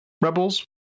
rebels